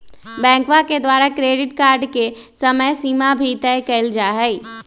बैंकवा के द्वारा क्रेडिट कार्ड के समयसीमा भी तय कइल जाहई